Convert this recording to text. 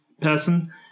person